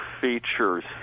features